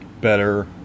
better